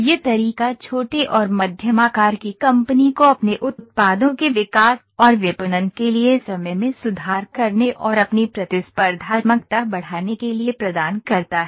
यह तरीका छोटे और मध्यम आकार की कंपनी को अपने उत्पादों के विकास और विपणन के लिए समय में सुधार करने और अपनी प्रतिस्पर्धात्मकता बढ़ाने के लिए प्रदान करता है